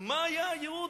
מה היה הייעוד,